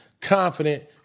confident